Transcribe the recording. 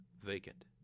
vacant